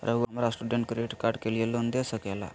रहुआ हमरा student credit card के लिए लोन दे सके ला?